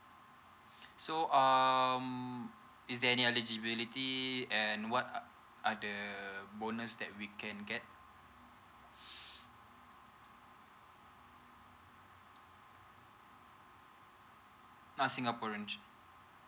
so um is there any eligibility and what are the bonus that we can get ah singaporean